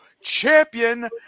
champion